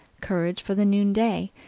courage for the noonday,